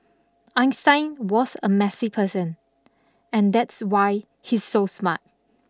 Einstein was a messy person and that's why he's so smart